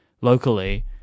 locally